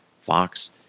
Fox